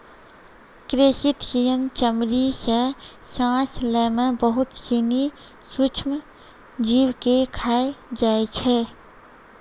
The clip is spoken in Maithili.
क्रेस्टिसियन चमड़ी सें सांस लै में बहुत सिनी सूक्ष्म जीव के खाय जाय छै